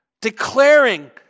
declaring